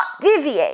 deviate